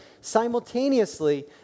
simultaneously